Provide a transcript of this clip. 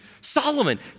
Solomon